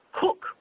cook